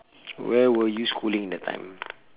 where were you schooling that time